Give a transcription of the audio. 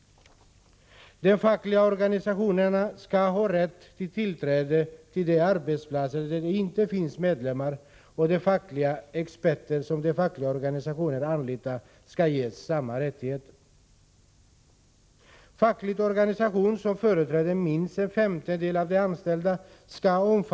Den fackliga organisationen skall ha rätt till tillträde till de arbetsplatser där det finns medlemmar, och de fackliga experter som den fackliga organisationen anlitar skall ges samma rättighet.